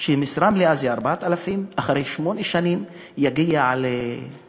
מהשטח שהשכר במשרה מלאה הוא 4,000 ולאחר שמונה שנים הוא יגיע ל-6,000,